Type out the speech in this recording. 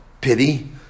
Pity